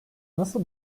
nasıl